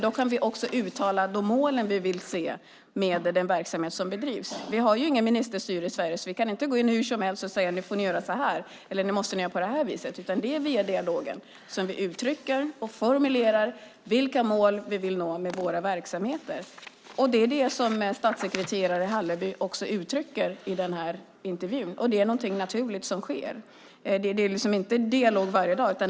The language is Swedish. Då kan vi uttala de mål vi vill se med den verksamhet som bedrivs. Vi har inget ministerstyre i Sverige. Vi kan inte gå in hur som helst och säga: Nu får ni göra så här, eller nu måste ni göra på det här viset. Det är via dialogen som vi uttrycker och formulerar vilka mål vi vill uppnå med våra verksamheter. Det är också vad statssekreterare Hallerby uttrycker i intervjun. Det är någonting naturligt som sker. Det är inte dialog varje dag.